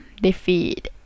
defeat